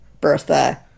Bertha